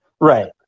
Right